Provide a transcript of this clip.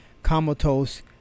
Comatose